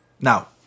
Now